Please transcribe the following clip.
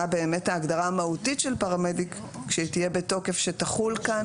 מה באמת ההגדרה המהותית של פרמדיק כשהיא תהיה בתוקף שתחול כאן?